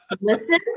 listen